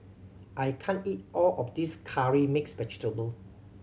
I can't eat all of this Curry Mixed Vegetable